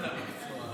הוא מכיר את המקצוע,